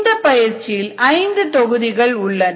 இந்த பயிற்சியில் ஐந்து தொகுதிகள் உள்ளன